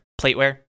plateware